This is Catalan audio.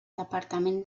departament